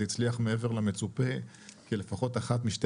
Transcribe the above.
זה הצליח מעבר למצופה כי לפחות אחת משתי